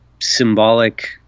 symbolic